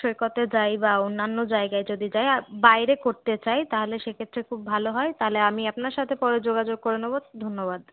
সৈকতে যাই বা অন্যান্য জায়গায় যদি যাই বাইরে করতে চাই তাহলে সে ক্ষেত্রে খুব ভালো হয় তাহলে আমি আপনার সাথে পরে যোগাযোগ করে নেবো ধন্যবাদ